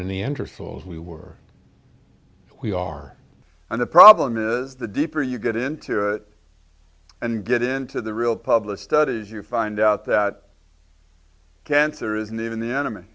souls we were we are and the problem is the deeper you get into it and get into the real published studies you find out that cancer isn't even the enemy